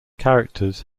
characters